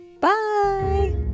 Bye